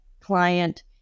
client